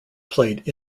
played